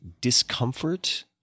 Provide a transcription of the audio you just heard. discomfort